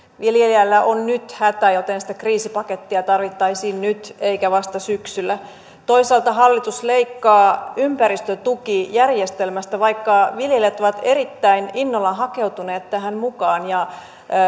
viljelijällä on nyt hätä joten sitä kriisipakettia tarvittaisiin nyt eikä vasta syksyllä toisaalta hallitus leikkaa ympäristötukijärjestelmästä vaikka viljelijät ovat erittäin innolla hakeutuneet tähän mukaan ja